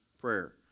prayer